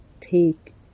take